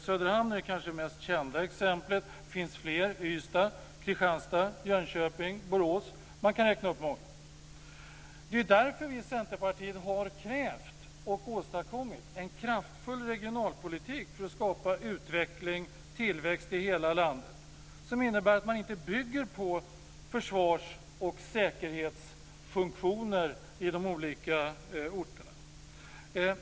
Söderhamn är kanske det mest kända exemplet, men det finns fler: Ystad, Kristianstad, Jönköping och Borås. Man kan räkna upp många. Det är därför vi i Centerpartiet har krävt och åstadkommit en kraftfull regionalpolitik för att skapa utveckling och tillväxt i hela landet. Det innebär att man inte bygger på försvars och säkerhetsfunktioner i de olika orterna.